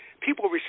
people